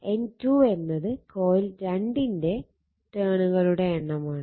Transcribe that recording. N2 എന്നത് coil 2 ന്റെ ടേണുകളുടെ എണ്ണവുമാണ്